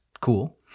cool